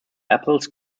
apples